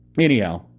Anyhow